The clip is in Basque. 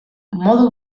modu